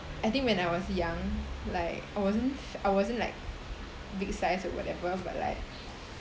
I think when I was young like I wasn't I wasn't like big size or whatever but like